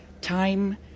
Time